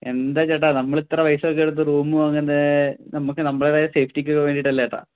എന്താ ചേട്ടാ നമ്മളിത്ര പൈസയൊക്കെ എടുത്ത് റൂം വാങ്ങുന്നതു നമുക്ക് നമ്മളുടേതായ സ്ഫേറ്റിക്കു വേണ്ടിയിട്ടല്ലേ ഏട്ടാ